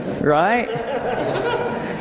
Right